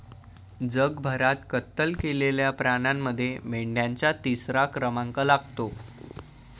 जगभरात कत्तल केलेल्या प्राण्यांमध्ये मेंढ्यांचा तिसरा क्रमांक लागतो